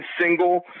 single